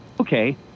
Okay